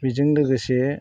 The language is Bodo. बेजों लोगोसे